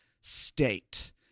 state